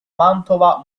mantova